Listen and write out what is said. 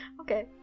okay